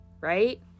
right